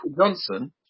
Johnson